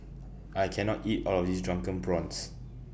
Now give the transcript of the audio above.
I Can not eat All of This Drunken Prawns